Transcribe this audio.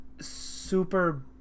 super